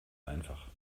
einfach